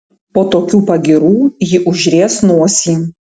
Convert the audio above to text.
po tokių pagyrų ji užries nosį